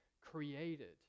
created